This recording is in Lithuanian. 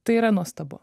tai yra nuostabu